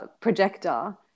projector